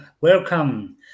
welcome